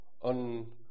on